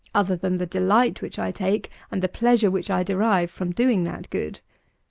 other than the delight which i take and the pleasure which i derive from doing that good.